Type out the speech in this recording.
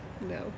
No